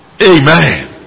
Amen